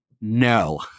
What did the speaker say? no